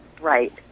Right